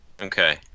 Okay